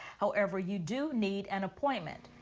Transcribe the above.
however you do need an appointment.